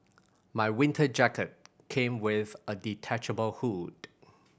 my winter jacket came with a detachable hood